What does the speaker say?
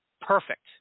perfect